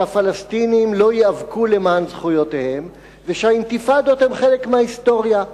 שהפלסטינים לא ייאבקו למען זכויותיהם ושהאינתיפאדות הן חלק מההיסטוריה.